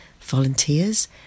volunteers